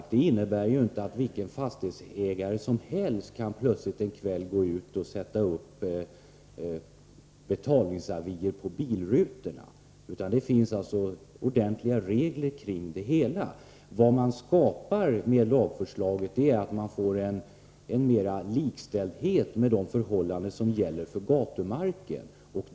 Förslaget innebär inte att vilken fastighetsägare som helst kan plötsligt en kväll gå ut och sätta upp betalningsavier på bilrutorna. Det finns alltså ordentliga regler för det hela. Med förslaget skapar man likställighet mellan tomtparkering och gatuparkering.